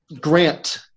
Grant